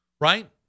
right